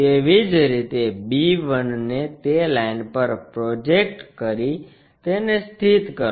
તેવી જ રીતે b 1 ને તે લાઇન પર પ્રોજેક્ટ કરી તેને સ્થિત કરો